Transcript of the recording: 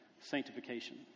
sanctification